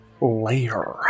Layer